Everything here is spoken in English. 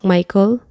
Michael